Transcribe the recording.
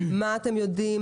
מה אתם יודעים,